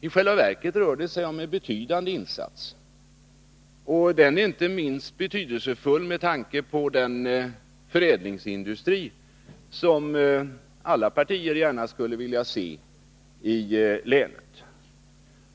I själva verket rör det sig om ett betydande krafttillskott, och det är inte minst betydelsefullt med tanke på den förädlingsindustri som alla partier gärna skulle vilja se i länet.